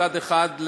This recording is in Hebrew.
מצד אחד,